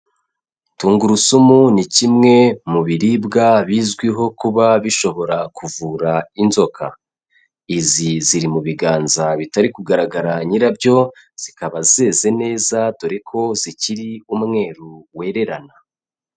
Tungurusumu ni kimwe mu biribwa bizwiho kuba bishobora kuvura inzoka, izi ziri mu biganza bitari kugaragara nyirabyo, zikaba zeze neza, dore ko zikiri umweru wererana.